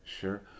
Sure